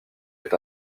est